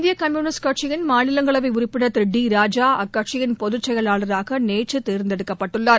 இந்திய கம்யூனிஸ்ட் கட்சியின் மாநிலங்களவை உறுப்பினர் திரு டி ராஜா அக்கட்சியின் பொதுச் செயலாளராக நேற்று தேர்ந்தெடுக்கப்பட்டுள்ளார்